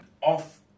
off